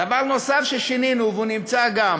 דבר נוסף ששינינו, והוא נמצא גם